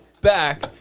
back